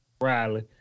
Riley